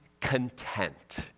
content